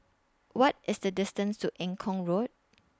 What IS The distance to Eng Kong Road